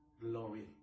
Glory